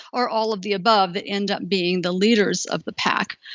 or all of the above that end up being the leaders of the pack.